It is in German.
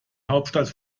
hauptstadt